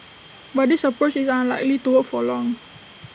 but this approach is unlikely to work for long